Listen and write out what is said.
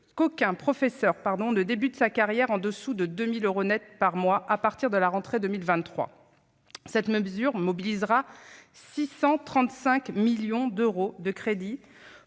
qu'aucun professeur ne débute sa carrière en dessous de 2 000 euros net par mois à partir de la rentrée 2023. Cette mesure mobilisera 635 millions d'euros de crédits